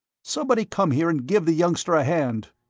somebody come here and give the youngster a hand.